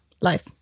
life